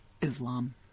Islam